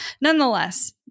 nonetheless